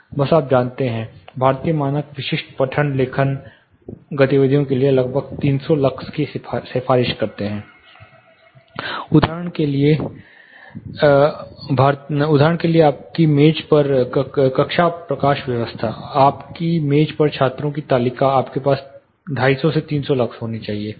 बस आप जानते हैं भारतीय मानक विशिष्ट पठन लेखन गतिविधियों के लिए लगभग 300 लक्स की सिफारिश करते हैं उदाहरण के लिए आपकी मेज पर कक्षा प्रकाश व्यवस्था आपकी मेज पर छात्रों की तालिका आपके पास लगभग 250 से 300 लक्स होनी चाहिए